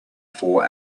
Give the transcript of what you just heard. four